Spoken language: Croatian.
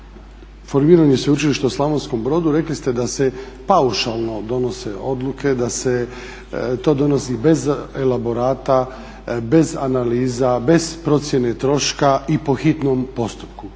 formiranju sveučilišta u Slavonskom Brodu rekli ste da se paušalno donose odluke, da se to donosi bez elaborata, bez analiza, bez procjene troška i po hitnom postupku